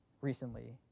recently